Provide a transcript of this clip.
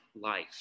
life